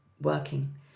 working